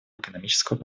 экономического